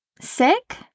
sick